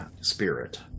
spirit